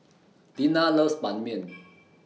Deanna loves Ban Mian